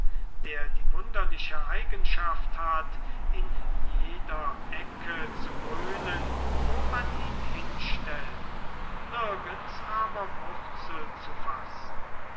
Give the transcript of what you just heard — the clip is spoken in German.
der die wunderliche eigenschaft hat in jeder ecke zu grünen wo man ihn hinstellt nirgends aber wurzel zu fassen